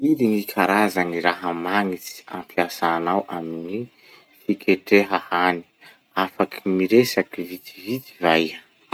Firy gny karaza raha magnitsy ampiasanao amy gny fiketreha hany? Afaky miresaky vitsivitsy va iha?